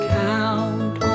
count